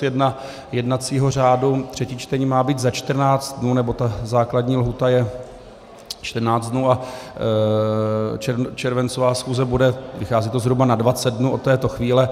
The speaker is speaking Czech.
1 jednacího řádu třetí čtení má být za 14 dnů, nebo ta základní lhůta je 14 dnů a červencová schůze bude vychází to zhruba na 20 dnů od této chvíle.